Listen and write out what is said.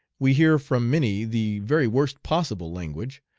we hear from many the very worst possible language.